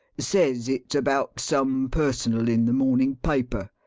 says it's about some personal in the morning paper.